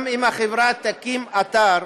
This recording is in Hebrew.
גם אם חברה תקים אתר,